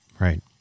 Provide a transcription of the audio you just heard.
Right